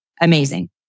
amazing